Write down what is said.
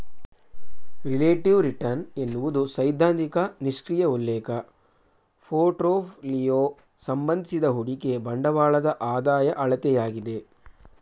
relative return ಎನ್ನುವುದು ಸೈದ್ಧಾಂತಿಕ ನಿಷ್ಕ್ರಿಯ ಉಲ್ಲೇಖ ಪೋರ್ಟ್ಫೋಲಿಯೋ ಸಂಬಂಧಿಸಿದ ಹೂಡಿಕೆ ಬಂಡವಾಳದ ಆದಾಯ ಅಳತೆಯಾಗಿದೆ